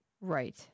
Right